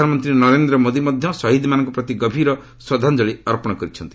ପ୍ରଧାନମନ୍ତ୍ରୀ ନରେନ୍ଦ୍ର ମୋଦୀ ମଧ୍ୟ ଶହୀଦ୍ମାନଙ୍କ ପ୍ରତି ଗଭୀର ଶ୍ରଦ୍ଧାଞ୍ଜଳୀ ଅର୍ପଣ କରିଛନ୍ତି